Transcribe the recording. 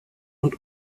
und